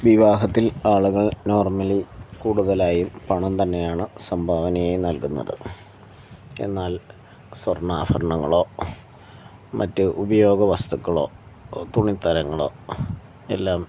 വിവാഹത്തിൽ ആളുകൾ നോർമലി കൂടുതലായും പണം തന്നെയാണ് സംഭാവനയായി നൽകുന്നത് എന്നാൽ സ്വർണാഭരണങ്ങളോ ഉപയോഗവസ്തുക്കളോ തുണിത്തരങ്ങളോ എല്ലാം